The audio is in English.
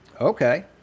okay